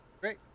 Great